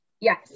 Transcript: Yes